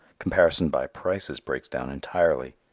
comparison by prices breaks down entirely.